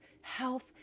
health